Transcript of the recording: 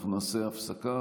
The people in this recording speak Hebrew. אנחנו נעשה הפסקה,